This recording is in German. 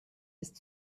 ist